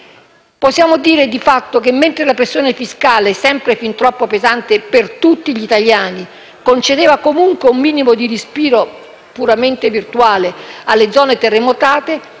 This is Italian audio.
Possiamo dire, di fatto, che mentre la pressione fiscale, sempre fin troppo pesante per tutti gli italiani, concedeva comunque un minimo di respiro puramente virtuale alle zone terremotate,